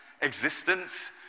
existence